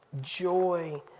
joy